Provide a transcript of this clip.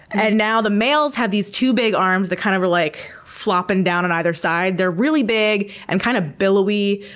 and now the males have these two big arms that kind of are like flopping down on either side. they're really big and kind of billowy.